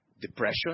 depression